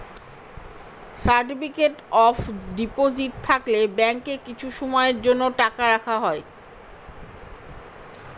certificate of deposit থাকলে ব্যাঙ্কে কিছু সময়ের জন্য টাকা রাখা হয়